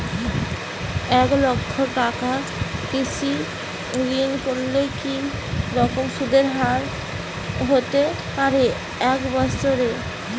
এক লক্ষ টাকার কৃষি ঋণ করলে কি রকম সুদের হারহতে পারে এক বৎসরে?